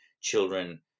children